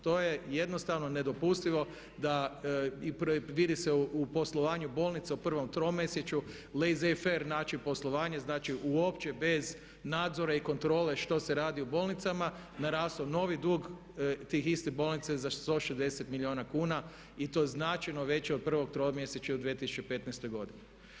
To je jednostavno nedopustivo da i predvidi se u poslovanju bolnica u prvom tromjesečju … način poslovanja, znači uopće bez nadzora i kontrole što se radi u bolnicama narastao novi dug tih istih bolnica za 160 milijuna kuna i to značajno veće u prvom tromjesečju u 2015. godini.